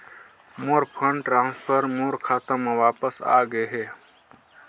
मोर fund transfer मोर खाता म वापस आ गे हे